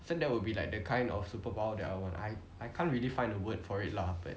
then that will be like the kind of superpower that I would want I I can't really find a word for it lah but